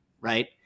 right